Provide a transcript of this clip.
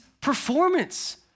performance